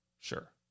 Sure